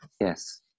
Yes